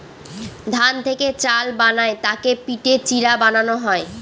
ধান থেকে চাল বানায় তাকে পিটে চিড়া বানানো হয়